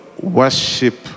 Worship